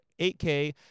8K